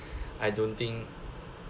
I don't think